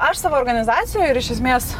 aš savo organizacijoj ir iš esmės